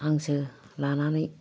हांसो लानानै